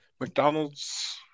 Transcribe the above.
McDonald's